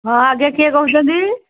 ହଁ ଆଜ୍ଞା କିିଏ କହୁଛନ୍ତି